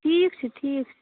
ٹھیٖک چھُ ٹھیٖک